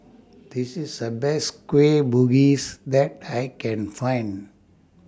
This IS The Best Kueh Bugis that I Can Find